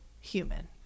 human